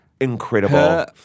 incredible